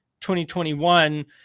2021